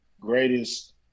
greatest